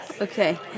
Okay